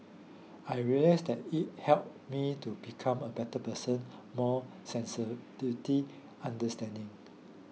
I realised that it helped me to become a better person more sensitivity understanding